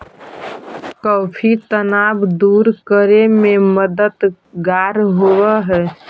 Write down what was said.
coffee तनाव दूर करे में मददगार होवऽ हई